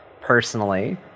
personally